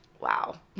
wow